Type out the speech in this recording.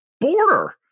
border